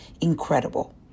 incredible